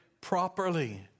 properly